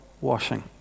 washing